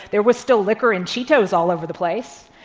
there was still liquor and cheetos all over the place.